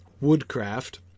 woodcraft